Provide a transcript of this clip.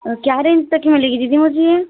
और क्या रेंज तक मिलेगी दीदी मुझे यह